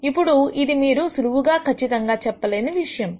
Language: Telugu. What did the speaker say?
ఇప్పుడు ఇది మీరు సులువుగా కచ్చితంగా చెప్పలేని విషయము